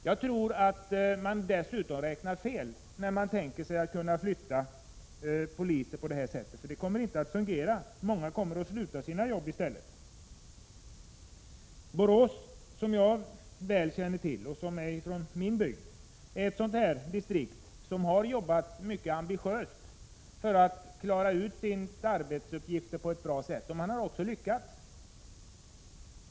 Jag tror att man dessutom räknar fel när man tänker sig att kunna flytta poliser på det här sättet. Det kommer inte att fungera. Många kommer att sluta sina jobb i stället. Borås, som jag väl känner till eftersom det ligger i min bygd, är ett distrikt där polismännen har jobbat mycket ambitiöst för att klara sina arbetsuppgifter på ett bra sätt. De har också lyckats.